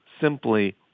simply